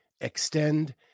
Extend